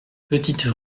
petite